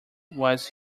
was